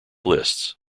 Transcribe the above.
lists